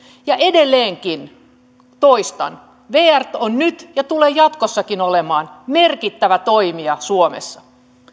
edelleenkin toistan vr on nyt ja tulee jatkossakin olemaan merkittävä toimija suomessa